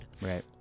Right